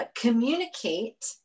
communicate